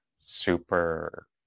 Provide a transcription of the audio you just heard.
super